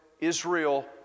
Israel